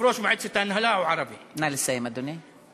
יושב-ראש מועצת ההנהלה הוא ערבי, נא לסיים, אדוני.